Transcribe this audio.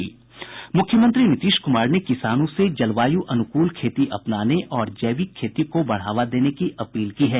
मुख्यमंत्री नीतीश कुमार ने किसानों से जलवायु अनुकूल खेती अपनाने और जैविक खेती को बढ़ावा देने की अपील की है